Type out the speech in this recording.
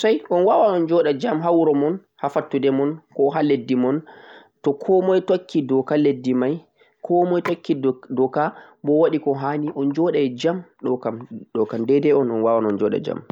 Ae sosai, on wawan on joda jam ha wuro mon, ha fattude mon be ha leddi mon. to komoi tokki doka leddi mai, komoi tokki doka bo waɗe ko hanii on joɗai jam